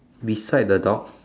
beside the dog